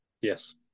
Yes